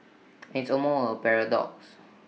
it's almost A paradox